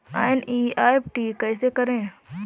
NEFT कैसे करें?